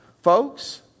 Folks